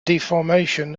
deformation